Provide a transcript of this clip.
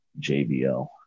JBL